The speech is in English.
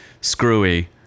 screwy